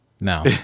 no